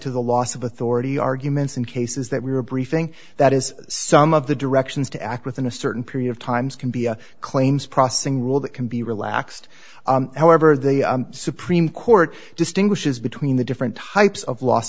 to the loss of authority arguments in cases that we were briefing that is some of the directions to act within a certain period of times can be a claims processing rule that can be relaxed however the supreme court distinguishes between the different types of loss